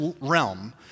realm